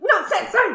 Nonsense